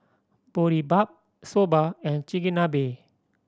Boribap Soba and Chigenabe